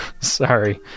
sorry